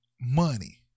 money